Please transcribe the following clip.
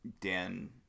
dan